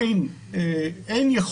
לפתוח תיקים חדשים כרגע אין לנו